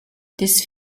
this